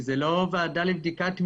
כי זו לא ועדה לבדיקת מינויים.